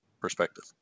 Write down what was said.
perspective